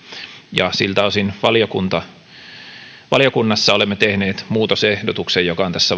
ja siltä osin valiokunnassa olemme tehneet muu tosehdotuksen joka on tässä